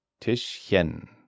Tischchen